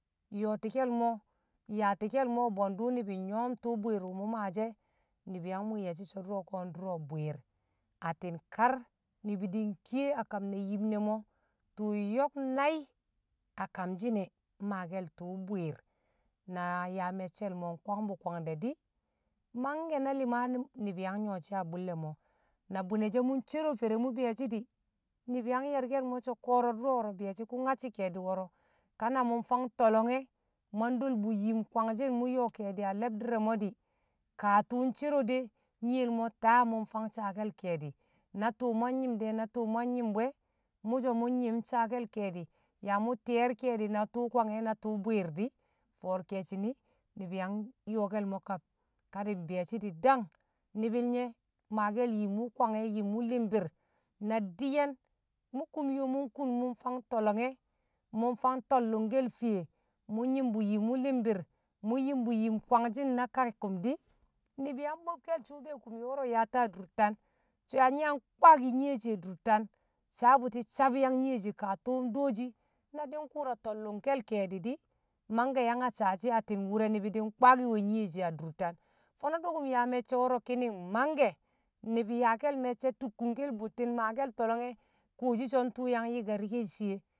yootikel mo yaati̱kel mo̱ bwe̱ndṵ ni̱bi̱ nyṵwo̱m tṵṵ bwi̱i̱r ulu mṵ maashie̱, ni̱bi̱ yang muli̱i̱ ye̱shi̱ so̱ dṵro̱ ko̱ ndṵro̱ bwii̱r atti̱n kar ni̱bi̱ di̱ nkiye a kam ne̱ yim ne̱ mo̱ tṵṵ nyo̱k nai̱ a kamshi̱n e̱ mmaake̱l tṵṵ bwii̱r na yaa me̱cce̱l mo̱ nkwang bṵ kwang de̱ di̱, mangke̱ na li̱ma ni̱bi̱ yang nyo̱shi̱ a bṵlle̱ mo̱ na bṵne̱ she̱ mṵ ncero fere mṵ bi̱yo̱shi di̱, ni̱bi̱ yang ye̱rkel mo̱ so̱ ko̱ro̱ dṵro̱ wo̱ro̱ bi̱yoshi̱ kṵ nyacci̱ ke̱e̱di̱ woro ka na mṵ mFang to̱lo̱nge̱ mwan dolbṵ yim kwangshin mṵ yo̱o̱ ke̱e̱di a le̱bdi̱r re mo̱ di̱ kaa tṵṵ ncero de nyiyel mo̱ taa mṵ mfang saa kedi na tṵṵ mwan nyi̱mde̱ na tṵṵ mwan nyi̱mbṵ e̱ mṵ so̱ nyi̱m saake̱l ke̱e̱di̱ yaa mṵ ti̱ye̱r ke̱e̱di̱ na tṵṵ kwange̱ na tṵṵ bwi̱i̱r di̱ fo̱o̱r ke̱e̱shi̱ ni̱bi̱ yang yo̱o̱kel kab, ka di̱ mbi̱yo̱shi̱ di̱ dang ni̱bi̱l nye̱ maake̱l yim wṵ kwange̱ yim wṵ li̱mbi̱r na di̱ye̱n mṵ kumyo mṵ nkun mṵ mFang to̱lo̱nge̱ mṵ mFang to̱llṵngke̱l Fiye mṵ nyi̱m bṵ yim wṵ li̱mbi̱r mu nyi̱m bṵ yim kwangshi̱n na kakkṵm di̱, ni̱bi̱ yang bo̱kke̱l sṵṵ be̱e̱ kumyo wo̱ro̱ yaata dur tan so̱ yaa nye̱ yang kwaaki̱ nyiye she̱ a dur tan sabṵti sabyang nyiye she̱ kaa tṵṵm dooshi na di̱ nkṵṵra to̱llṵngke̱l ke̱e̱di̱ di̱ mangke̱ yang a saashi̱ atti̱n wṵre̱ ni̱bi̱ di̱ nkwaaki̱ nyiye a dur tan Fo̱no̱ dṵkṵm yaa me̱cce̱ wo̱ro̱ ki̱di̱ng mangke̱ ni̱bi̱ yaake̱l me̱cce̱ tukkun ke̱l bṵtti̱n maake̱l to̱lo̱nge̱ kuwoshi so̱ ntuṵ yang yi̱karke̱l shiye